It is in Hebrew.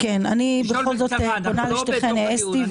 אנחנו לא בתוך דיון,